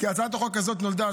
כי הצעת החוק הזאת נולדה,